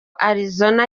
arizona